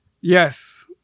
Yes